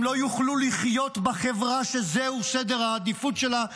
הם לא יוכלו לחיות בחברה שזהו סדר העדיפות שלה,